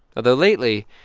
although lately,